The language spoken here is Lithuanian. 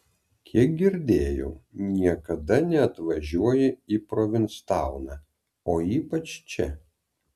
kiek girdėjau niekada neatvažiuoji į provinstauną o ypač čia